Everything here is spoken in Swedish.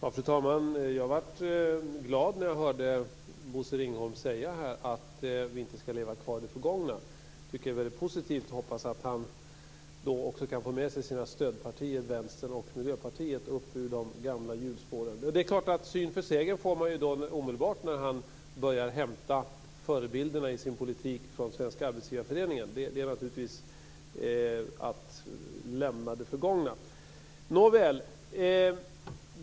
Fru talman! Jag blev glad när jag hörde Bosse Ringholm säga att vi inte skall leva kvar i det förgångna. Jag tycker att det är mycket positivt och hoppas att han kan få med sig sina stödpartier Vänstern och Miljöpartiet upp ur de gamla hjulspåren. Man får omedelbart syn för sägen när han börjar hämta förebilderna i sin politik från Svenska Arbetsgivareföreningen. Det är naturligtvis att lämna det förgångna.